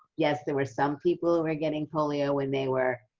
yes, there were some people who were getting polio when they were